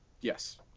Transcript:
Yes